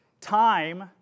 time